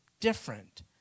different